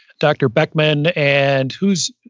dr. beckman and who's?